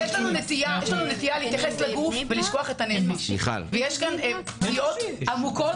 יש לנו נטייה להתייחס לגוף ולשכוח את הנפש ויש כאן פגיעות עמוקות,